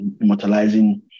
immortalizing